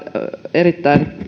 erittäin